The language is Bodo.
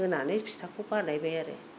होनानै फिथाखौ बानायबाय आरो